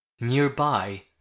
Nearby